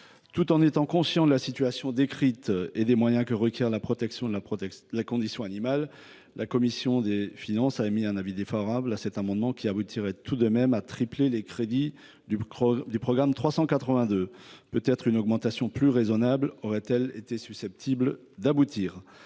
qu’elle soit consciente de la situation décrite et des moyens que requiert la protection de la condition animale, la commission des finances a émis un avis défavorable sur cet amendement, qui tend tout de même à tripler les crédits du programme 382. Peut être une augmentation plus raisonnable aurait elle été susceptible d’aboutir.